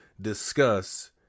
discuss